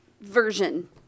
version